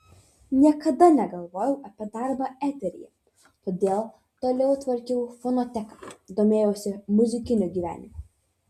niekada negalvojau apie darbą eteryje todėl toliau tvarkiau fonoteką domėjausi muzikiniu gyvenimu